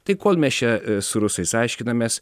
tai kol mes čia su rusais aiškinamės